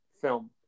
film